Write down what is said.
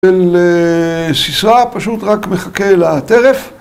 ששישרה, פשוט רק מחכה לטרף